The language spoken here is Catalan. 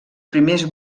primers